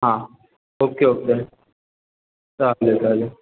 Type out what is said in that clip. हां okay okay चालेल चालेल